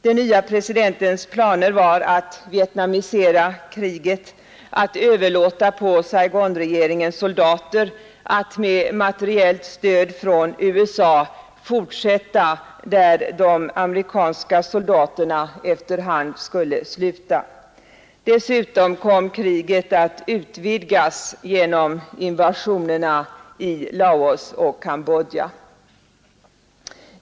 Den nye presidentens planer gick ut på att vietnamisera kriget, att överlåta på Saigonregeringens soldater att med materiellt stöd från USA fortsätta där de amerikanska soldaterna efter hand skulle sluta. Dessutom kom kriget att utvidgas genom invasionerna i Laos och Cambodja.